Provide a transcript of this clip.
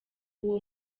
uwo